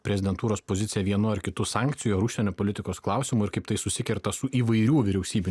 prezidentūros poziciją vienu ar kitu sankcijų ar užsienio politikos klausimu ir kaip tai susikerta su įvairių vyriausybių